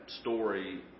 story